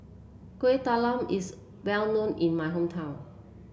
Kueh Talam is well known in my hometown